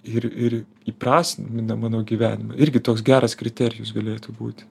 ir ir įprasmina mano gyvenimą irgi toks geras kriterijus galėtų būti